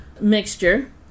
mixture